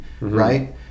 right